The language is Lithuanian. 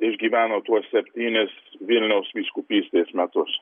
išgyveno tuos septynis vilniaus vyskupystės metus